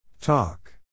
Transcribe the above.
Talk